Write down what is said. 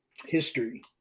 history